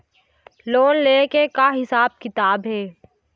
Loan ले के का हिसाब किताब हे?